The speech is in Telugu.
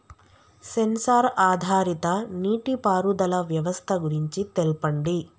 సెన్సార్ ఆధారిత నీటిపారుదల వ్యవస్థ గురించి తెల్పండి?